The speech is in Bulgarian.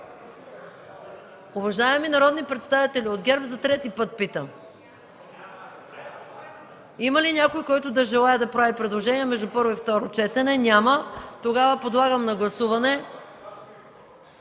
Уважаеми народни представители от ГЕРБ, за трети път питам: има ли някой, който да желае да прави предложения между първо и второ четене? Няма. Подлагам на гласуване